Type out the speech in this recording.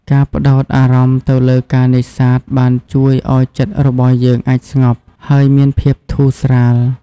ការផ្តោតអារម្មណ៍ទៅលើការនេសាទបានជួយឱ្យចិត្តរបស់យើងអាចស្ងប់ ហើយមានភាពធូរស្រាល។